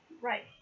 Right